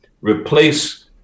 replace